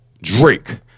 Drake